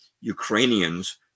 Ukrainians